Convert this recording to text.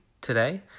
today